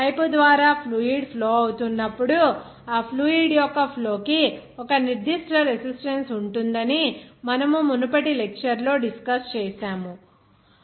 pipe ద్వారా fluid flow అవుతున్నప్పుడు ఆ ఫ్లూయిడ్ యొక్క ఫ్లో కి ఒక నిర్దిష్ట రెసిస్టన్స్ ఉంటుందని మన మునుపటి లెక్చర్ లో డిస్కస్ చేశాను నేను అనుకుంటున్నాను